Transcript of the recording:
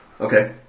Okay